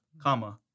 comma